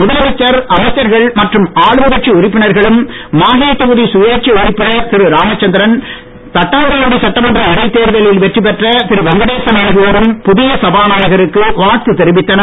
முதலமைச்சர் அமைச்சர்கள் மற்றும் ஆளும் கட்சி உறுப்பினர்களும் மாகே தொகுதி சுயேட்சை உறுப்பினர் திரு ராமசந்திரன் தட்டாஞ்சாவடி சட்டமன்ற இடைத்தேர்தலில் வெற்றி பெற்ற திரு வெங்கடேசன் ஆகியோரும் புதிய சபாநாயகருக்கு வாழ்த்து தெரிவித்தனர்